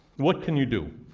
what can you do?